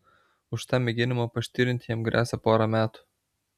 už tą mėginimą paštirinti jam gresia pora metų